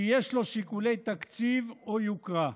כי יש לו שיקולי תקציב או יוקרה.